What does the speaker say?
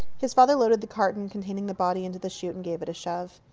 his father loaded the carton containing the body into the chute and gave it a shove.